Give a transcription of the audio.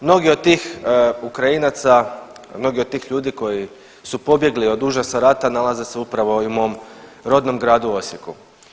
Mnogi od tih Ukrajinaca, mnogi od tih ljudi koji su pobjegli od užasa rata nalaze se upravo i u mom rodnom gradu Osijeku.